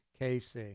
KC